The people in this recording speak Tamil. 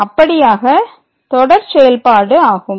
அப்படியாக தொடர் செயல்பாடு ஆகும்